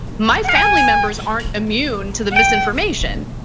my family members aren't immune to the misinformation.